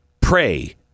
Pray